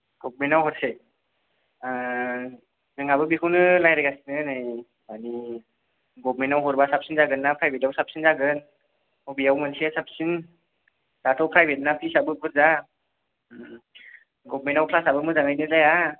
गभर्नमेनथाव हरसै जोंहाबो बेखौनो रायज्लायगासिनो नै माने गभर्नमेन्टआव हरब्ला साबसिन जागोन ना प्राइभेथाव साबसिन जागोन अबेयाव मोनसेया साबसिन दाथ' प्राइभेटना फिसाबो बुरजा गभर्नमेन्टआव क्लासाबो मोजाङैनो जाया